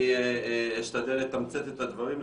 אני אשתדל לתמצת את הדברים,